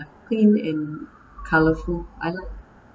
clean and colourful I like